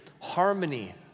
harmony